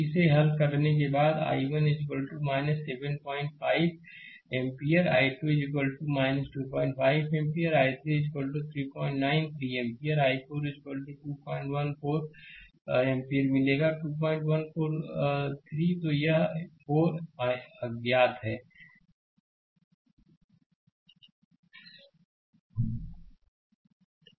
Glossaryशब्दकोश English Word Word Meaning Mesh मेष जाल Individual individual व्यक्तिगत cyclic साइक्लिक चक्रीय capital कैपिटल बड़ा inverse इन्वर्स व्युत्क्रमानुपाती Direction डायरेक्शन दिशा Mesh analysis मेष एनालिसिस मेष विश्लेषण Nodal analysis nodal analysis nodal विश्लेषण Relation रिलेशन संबंध Application एप्लीकेशन अनुप्रयोग Dependent source डिपेंडेंट सोर्स आश्रित स्रोत unique solution यूनीक सॉल्यूशन अद्वितीय हल Negative term नेगेटिव टर्म ऋण आत्मक पद